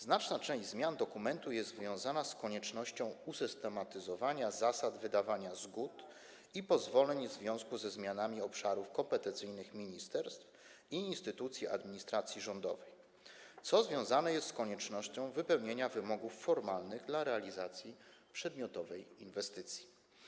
Znaczna część zmian dokumentu jest związana z koniecznością usystematyzowania zasad wydawania zgód i pozwoleń w związku ze zmianami obszarów kompetencyjnych ministerstw i instytucji administracji rządowej, co związane jest z koniecznością spełnienia wymogów formalnych dla realizacji przedmiotowej inwestycji.